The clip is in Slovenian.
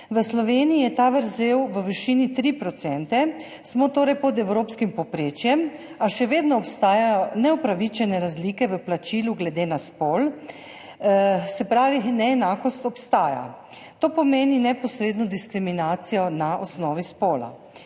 v Sloveniji je ta vrzel v višini 3 %. Smo torej pod evropskim povprečjem, a še vedno obstajajo neupravičene razlike v plačilu glede na spol. Se pravi, neenakost obstaja. To pomeni neposredno diskriminacijo na osnovi spola.